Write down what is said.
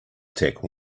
attack